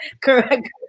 Correct